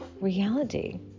reality